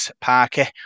Parker